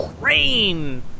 Rain